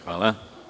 Hvala.